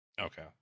okay